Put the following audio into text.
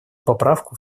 поправку